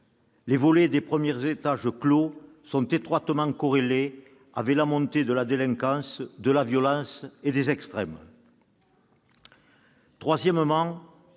les volets clos des premiers étages sont étroitement corrélés avec la montée de la délinquance, de la violence et des extrêmes. Troisièmement,